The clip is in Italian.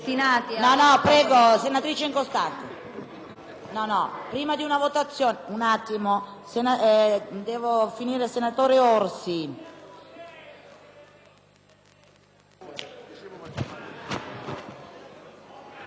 Li ritiro, Presidente.